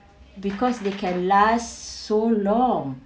because they can last so long